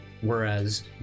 whereas